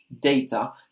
data